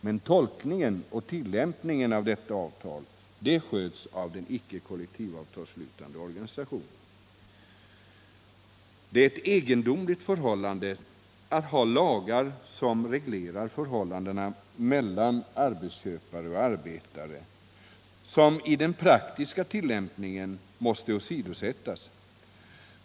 Men tolkningen och tillämpningen av detta avtal sköts av den icke kollektivavtalsslutande organisationen. Det är egendomligt att ha lagar som reglerar förhållandet mellan arbetsköpare och arbetare men som i den praktiska tillämpningen måste åsidosättas.